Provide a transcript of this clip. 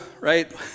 right